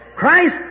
Christ